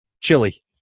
chili